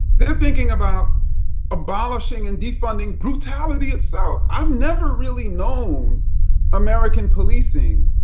they are thinking about abolishing and de funding brutality itself. i've never really known american policing,